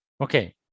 Okay